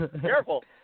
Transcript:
Careful